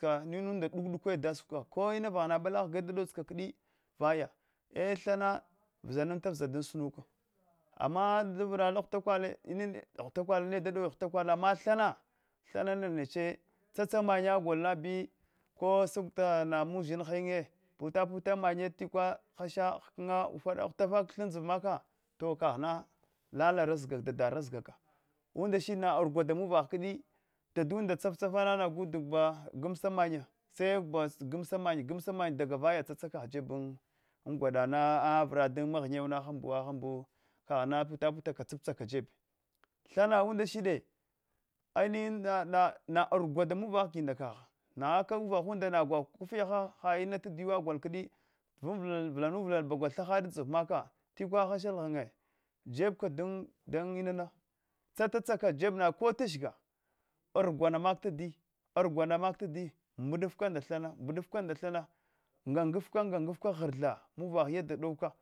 Kana inunda duk dukwa da susa kka ko ina vaghana mbala ghaye dadota ka kifi vaya e thana vzanarta vzadan sunuk ama davra ala ghwata kwale inana ghutakual ne da dowi thghutakwai ama thana nechne tsa tsa mannya gol be ko sakuta mamushin kanyin puta puta mamnya tikwa hasha hukna ufada hitafa kag tha an dziva maka to kaghna lala ardzik dada ardzikaka unda shid na rugwa damuvah kafi dadanda tsaftsatuma naga duda gannsa mannya se ba gamsa mannya gamsa mannya davaya tsatsa kagh jebin gwadana vra da mgharytwane hmbuwa hubu kagh puta puta tsiptsaka jeb thana umlashute alnihin na rugwa da muvah ginda kagh nghuka uvahna nda rugwa kufiya chaiha ina tahiyawa gwa kdi vnula vlanuval bagwa ha tha had andsiva maka tikwa hasha alghannye jebe da da inana tsatsaka jeb na ko ta shiga rugwana maka tadi ruwa maka tadi mbaduf maka nda thana danndiya mbaduf ka nda thana nga- ngaf ka ngh- nghafka ghrtha muvah yada douka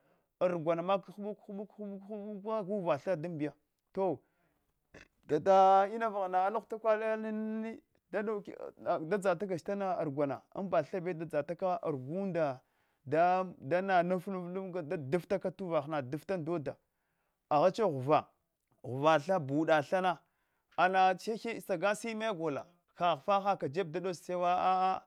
argwana maka hubuk hubuk hubuk ghwa tha damdiya ti dadaina vaghana ala ghwe takulale ala inani dadau da drata kagh ch tana argwana da da danaluf luf lup hdafata ka to uvarha na daftan doda aghach ghuva thema buda thana ana hiha sagasa ime gola kagh fa hakagl jeb dadots a’a